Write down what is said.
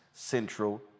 central